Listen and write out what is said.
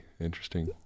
interesting